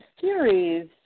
series